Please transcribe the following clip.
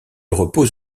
repose